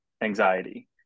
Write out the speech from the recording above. anxiety